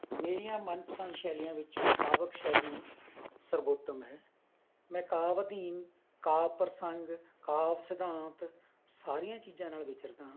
ਮੇਰੀਆਂ ਮਨਪਸੰਦ ਸ਼ੈਲੀਆਂ ਵਿੱਚ ਕਾਵਕ ਸ਼ੈਲੀ ਸਰਵੋਤਮ ਹੈ ਮੈਂ ਕਾਵ ਅਧੀਨ ਕਾਵ ਪ੍ਰਸੰਗ ਕਾਵ ਸਿਧਾਂਤ ਸਾਰੀਆਂ ਚੀਜ਼ਾਂ ਨਾਲ ਵਿਚਰਦਾ